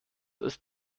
ist